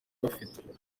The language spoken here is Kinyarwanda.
bafite